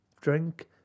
drink